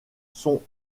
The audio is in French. sont